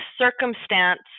circumstance